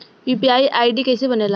UPI ID कैसे बनेला?